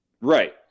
Right